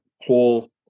whole